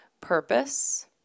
purpose